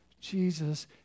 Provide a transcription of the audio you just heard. Jesus